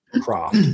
craft